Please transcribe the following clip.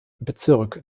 bezirk